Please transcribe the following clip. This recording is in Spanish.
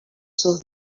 sus